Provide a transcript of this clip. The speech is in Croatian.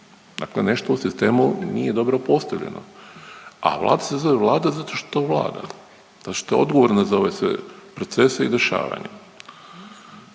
Dakle, nešto u sistemu nije dobro postavljeno. A Vlada se zove vlada zato što vlada. Zato što je odgovorna za ove sve procese i dešavanja.